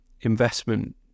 investment